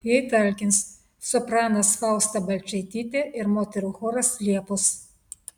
jai talkins sopranas fausta balčaitytė ir moterų choras liepos